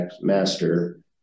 Master